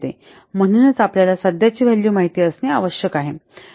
म्हणूनच आपल्याला सध्या ची व्हॅल्यू माहित असणे आवश्यक आहे